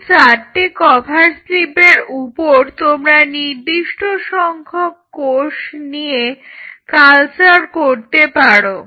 এখন চারটে কভার স্লিপের উপর তোমরা নির্দিষ্ট সংখ্যক কোষ নিয়ে কালচার করতে পারো